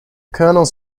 kernels